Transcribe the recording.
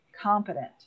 competent